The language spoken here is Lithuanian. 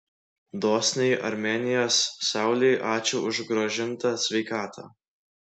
dosniai armėnijos saulei ačiū už grąžintą sveikatą